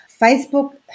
Facebook